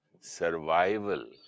survival